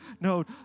no